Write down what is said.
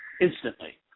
instantly